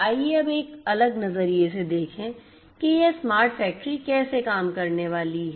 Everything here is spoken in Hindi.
आइए अब एक अलग नजरिए से देखें कि यह स्मार्ट फैक्ट्री कैसे काम करने वाली है